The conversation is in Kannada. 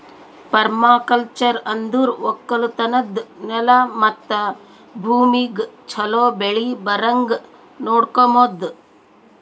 ಪರ್ಮಾಕಲ್ಚರ್ ಅಂದುರ್ ಒಕ್ಕಲತನದ್ ನೆಲ ಮತ್ತ ಭೂಮಿಗ್ ಛಲೋ ಬೆಳಿ ಬರಂಗ್ ನೊಡಕೋಮದ್